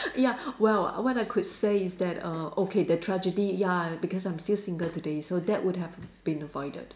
ya well what I could say is that err okay the tragedy ya because I'm still single today so that would have been avoided